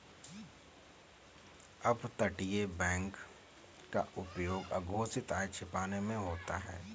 अपतटीय बैंक का उपयोग अघोषित आय छिपाने में होता है